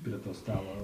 prie stalo